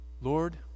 Lord